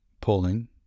pulling